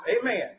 Amen